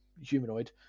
humanoid